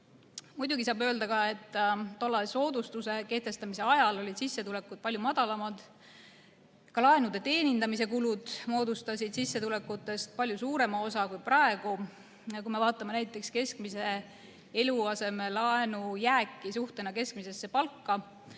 Muidugi saab öelda ka, et soodustuse kehtestamise ajal olid sissetulekud palju madalamad, ka laenude teenindamise kulud moodustasid sissetulekutest palju suurema osa kui praegu. Kui me vaatame näiteks keskmise eluasemelaenu jääki suhtena keskmisesse palka,